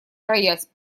роясь